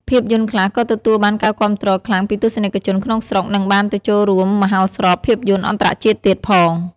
ភាពយន្តខ្លះក៏ទទួលបានការគាំទ្រខ្លាំងពីទស្សនិកជនក្នុងស្រុក និងបានទៅចូលរួមមហោស្រពភាពយន្តអន្តរជាតិទៀតផង។